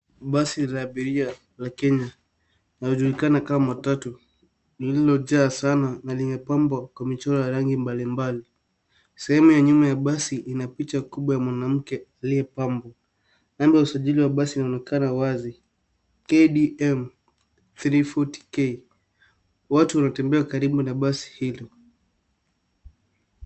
Basi la abiria la Kenya linalojulikana kama matatu lililojaa sana na limepambwa kwa michoro ya rangi mbalimbali. Sehemu ya nyuma ya basi ina picha kubwa ya mwanamke aliyepambwa. Namba ya usajili wa basi inaonekana wazi KDM 340 K. Watu wanatembea karibu na basi hilo.